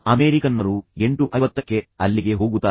ಅಮೆರಿಕನ್ನರು ಎಂಟು ಐವತ್ತಕ್ಕೆ ಅಲ್ಲಿಗೆ ಹೋಗುತ್ತಾರೆ